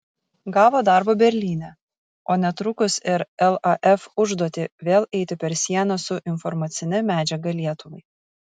gavo darbo berlyne o netrukus ir laf užduotį vėl eiti per sieną su informacine medžiaga lietuvai